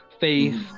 faith